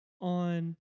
on